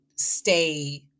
Stay